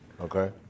Okay